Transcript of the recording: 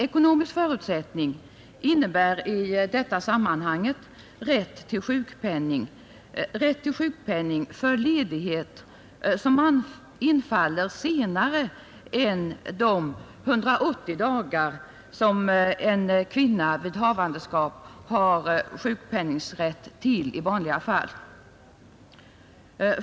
Ekonomisk förutsättning innebär i detta sammanhang rätt till sjukpenning för ledighet som infaller senare än under den vid havandeskap i vanliga fall sjukpenningberättigade perioden om 180 dagar.